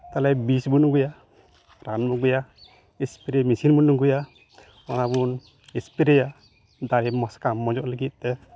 ᱛᱟᱦᱚᱞᱮ ᱵᱤᱥ ᱵᱚᱱ ᱟᱹᱜᱩᱭᱟ ᱨᱟᱱ ᱵᱚᱱ ᱟᱹᱜᱩᱭᱟ ᱮᱥᱯᱨᱮᱹ ᱢᱮᱥᱤᱱ ᱵᱚᱱ ᱟᱹᱜᱩᱭᱟ ᱚᱱᱟ ᱵᱚᱱ ᱮᱥᱯᱨᱮᱹᱭᱟ ᱫᱟᱨᱮ ᱥᱟᱠᱟᱢ ᱢᱚᱡᱽᱼᱚᱜ ᱞᱟᱹᱜᱤᱫ ᱛᱮ ᱟᱨ